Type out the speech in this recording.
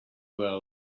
world